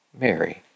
Mary